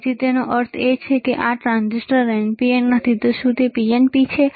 તેથીતેનો અર્થ એ છે કે આ ટ્રાન્ઝિસ્ટર NPN નથી શું તે PNP છે